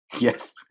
Yes